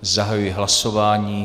Zahajuji hlasování.